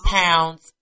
pounds